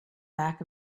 back